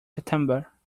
september